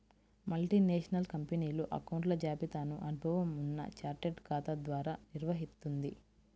multinational కంపెనీలు అకౌంట్ల జాబితాను అనుభవం ఉన్న చార్టెడ్ ఖాతా ద్వారా నిర్వహిత్తుంది